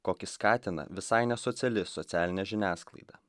kokį skatina visai nesociali socialinė žiniasklaida